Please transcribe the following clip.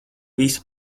visa